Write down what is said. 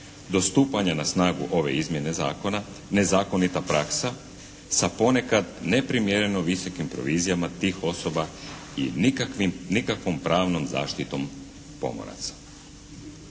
do stupanja na snagu ove izmjene zakona nezakonita praksa sa ponekad neprimjereno visokim provizijama tih osoba i nikakvim, nikakvom pravnom zaštitom pomoraca.